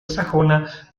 sajona